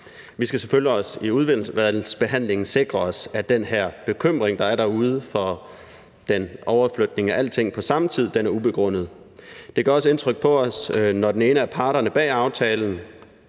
Vi skal selvfølgelig i udvalgsbehandlingen sikre os, at den her bekymring, der er derude, for den overflytning af alting på samme tid er ubegrundet. Det gør også indtryk på os, når den ene af parterne bag aftalen